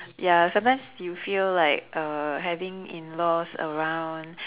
ya sometimes you feel like uh having in laws around